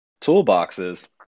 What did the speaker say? Toolboxes